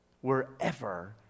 wherever